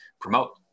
promote